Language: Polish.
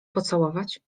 pocałować